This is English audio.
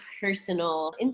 personal